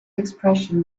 expression